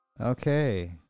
Okay